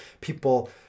People